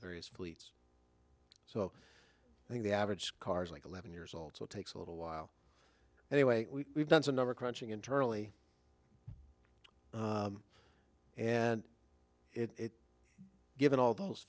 various fleets so i think the average car's like eleven years old so it takes a little while anyway we've done some number crunching internally and it given all those